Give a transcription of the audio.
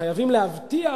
חייבים להבטיח